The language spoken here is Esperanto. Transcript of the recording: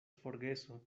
forgeso